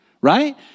right